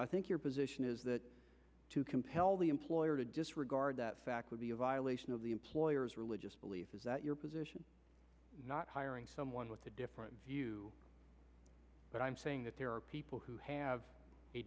i think your position is that to compel the employer to disregard that fact would be a violation of the employer's religious belief is that your position not hiring someone with a different view but i'm saying that there are people who have a